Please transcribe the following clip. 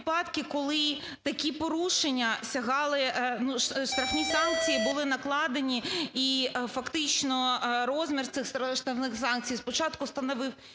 відомі випадки, коли такі порушення сягали... штрафні санкції були накладені, і фактично розмір цих штрафних санкцій спочатку становив